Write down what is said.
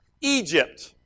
Egypt